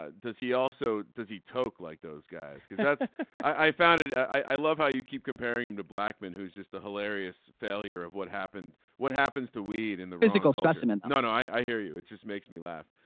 ah does he also. does he talk like those guys. because that's i found it. i love how you keep comparing him to blackmon who is just a hilarious failure of what happened. what happens to weed and the physical specimen. no no i hear you it just me laugh.